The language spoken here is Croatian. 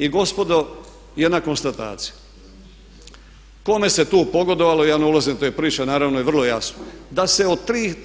I gospodo jedna konstatacija, kome se tu pogodovalo ja ne ulazim u te priče, i naravno vrlo je jasno, da se od